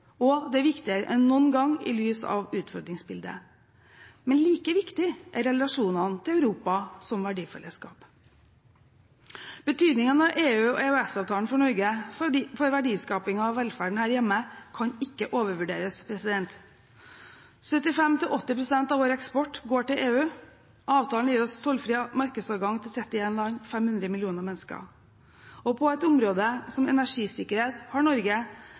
og det er viktigere enn noen gang i lys av utfordringsbildet. Men like viktig er relasjonene til Europa som verdifellesskap: Betydningen av EU og EØS-avtalen for Norge, for verdiskapingen og velferden her hjemme, kan ikke overvurderes. 75–80 pst. av vår eksport går til EU, og avtalen gir oss tollfri markedsadgang til 31 land/500 millioner mennesker. På et område som energisikkerhet har Norge